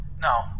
No